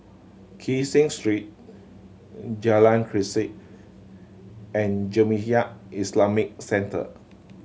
Kee Seng Street Jalan Grisek and Jamiyah Islamic Centre